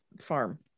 farm